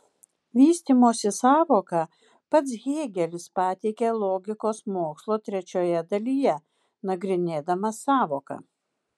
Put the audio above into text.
vystymosi sąvoką pats hėgelis pateikė logikos mokslo trečioje dalyje nagrinėdamas sąvoką